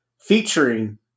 Featuring